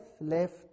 left